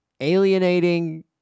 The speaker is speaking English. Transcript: alienating